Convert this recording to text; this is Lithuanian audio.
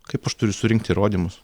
kaip aš turiu surinkt įrodymus